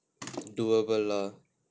doable lah